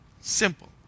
Simple